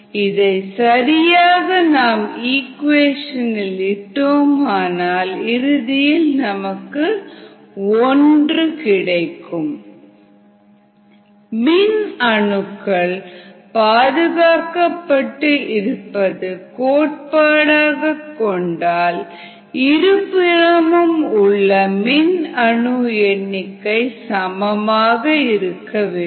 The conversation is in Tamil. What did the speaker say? இதை சரியாக இக்குவேஷனில் இட்டால் b 14 Γs yx x yp p 4b Γs yx xΓs yp pΓs 1 ε ηζ 1 மின் அணுக்கள் பாதுகாக்கப்பட்டு இருப்பது கோட்பாடாக கொண்டால் இருபுறமும் உள்ள மின் அணு எண்ணிக்கை சமமாக இருக்க வேண்டும்